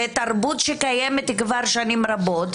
ותרבות שקיימת כבר שנים רבות,